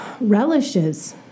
relishes